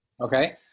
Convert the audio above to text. Okay